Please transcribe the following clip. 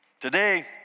Today